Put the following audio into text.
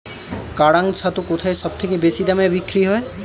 কাড়াং ছাতু কোথায় সবথেকে বেশি দামে বিক্রি হয়?